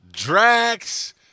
Drax